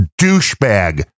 douchebag